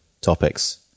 topics